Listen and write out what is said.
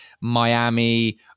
Miami